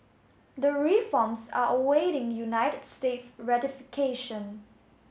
the reforms are awaiting United States ratification